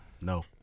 No